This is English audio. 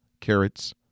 carrots